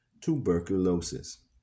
tuberculosis